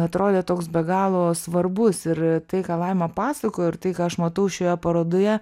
atrodė toks be galo svarbus ir tai ką laima pasakojo ir tai ką aš matau šioje parodoje